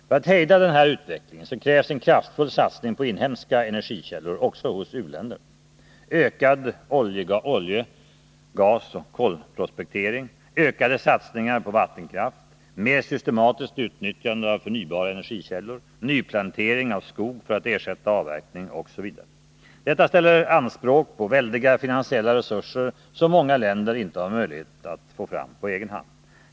För att hejda denna utveckling krävs en kraftfull satsning på inhemska energikällor också i u-länderna, ökad olje-, gasoch kolprospektering, ökade satsningar på vattenkraft, mer systematiskt utnyttjande av förnybara energikällor, nyplantering av skog för att ersätta avverkning osv. Detta ställer anspråk på väldiga finansiella resurser, som många länder inte har möjlighet att få fram på egen hand.